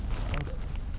tahu takpe